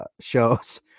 shows